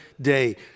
day